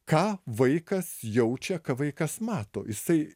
ką vaikas jaučia ką vaikas mato jisai